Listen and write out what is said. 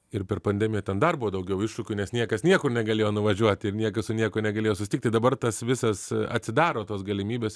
ir per pandemiją ten darbo daugiau iššūkių nes niekas niekur negalėjo nuvažiuoti ir niekas su niekuo negalėjo susitikt tai dabar tas visas atsidaro tos galimybės